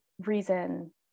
reason